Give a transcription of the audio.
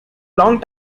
long